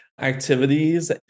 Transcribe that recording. activities